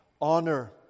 honor